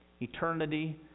eternity